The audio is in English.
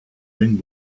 wing